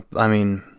i mean.